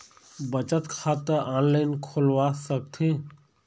बचत खाता ऑनलाइन खोलवा सकथें?